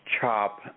chop